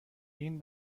این